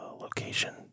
location